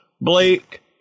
Blake